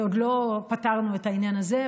עוד לא פתרנו את העניין הזה.